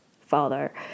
father